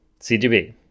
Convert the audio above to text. CGB